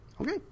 Okay